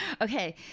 Okay